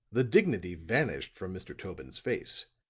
the dignity vanished from mr. tobin's face,